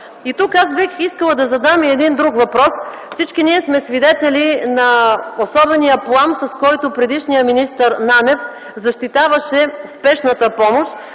Тук бих искала да задам и един друг въпрос. Всички сме свидетели на особения плам, с който предишният министър Нанев защитаваше спешната помощ,